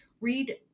read